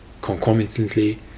Concomitantly